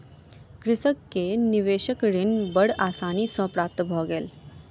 कृषक के निवेशक ऋण बड़ आसानी सॅ प्राप्त भ गेल